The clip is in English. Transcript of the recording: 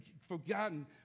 forgotten